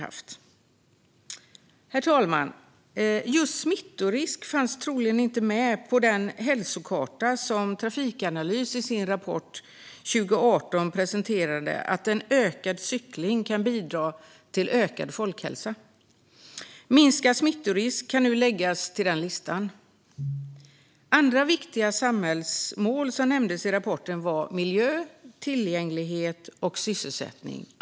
Herr talman! Just smittorisk fanns troligen inte med på den hälsokarta som Trafikanalys presenterade i sin rapport 2018 och där det visades att ökad cykling kan bidra till ökad folkhälsa. Minskad smittorisk kan nu läggas till den listan. Andra viktiga samhällsmål som nämndes i rapporten var miljö, tillgänglighet och sysselsättning.